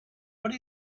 what